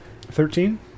Thirteen